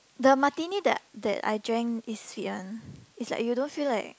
the martini that that I drank is sweet one it's like you don't feel like